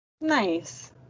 Nice